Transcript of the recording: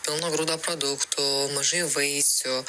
pilno grūdo produktų mažai vaisių